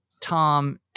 Tom